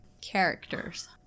Characters